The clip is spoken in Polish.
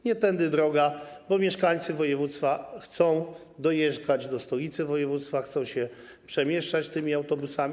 Nie tędy droga, bo mieszkańcy województwa chcą dojechać do stolicy województwa, chcą się przemieszczać tymi autobusami.